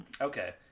Okay